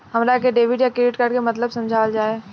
हमरा के डेबिट या क्रेडिट कार्ड के मतलब समझावल जाय?